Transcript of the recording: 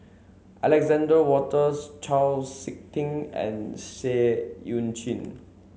Alexander Wolters Chau Sik Ting and Seah Eu Chin